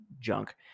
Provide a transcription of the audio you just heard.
junk